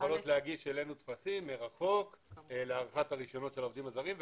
יכולות להגיש אלינו טפסים מרחוק להארכת הרישיונות של העובדים הזרים,